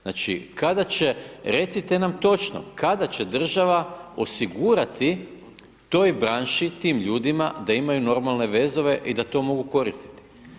Znači, kada će, recite nam točno, kada će država osigurati toj branši, tim ljudima da imaju normalne vezove i da to mogu koristiti.